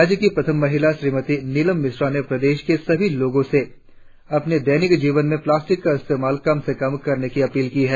राज्य की प्रथम महिला श्रीमती निलम मिश्रा ने प्रदेश के सभी लोगों से अपने दैनिक जीवन में प्लास्टिक का इस्तेमाल कम से कम करने की अपील की है